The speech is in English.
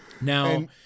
Now